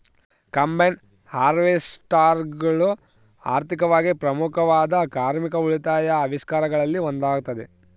combine ಹಾರ್ವೆಸ್ಟರ್ಗಳು ಆರ್ಥಿಕವಾಗಿ ಪ್ರಮುಖವಾದ ಕಾರ್ಮಿಕ ಉಳಿತಾಯ ಆವಿಷ್ಕಾರಗಳಲ್ಲಿ ಒಂದಾಗತೆ